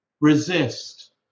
Resist